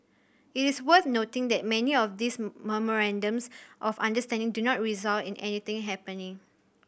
it is worth noting that many of these memorandums of understanding do not result in anything happening